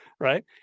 Right